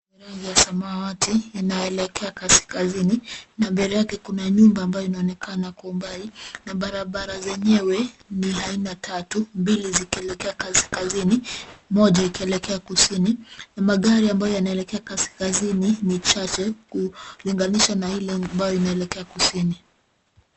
Rangi ya samawati inayoelekea kaskazini, na mbele yake kuna nyumba ambayo inaonekana kwa umbali, na barabara zenyewe ni aina tatu. Mbili zikielekea kaskasini, moja ikielekea kusini, na magari ambayo yanaelekea kaskazini, ni chache kulinganisha na ile ambayo inaelekea kusini.